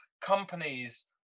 companies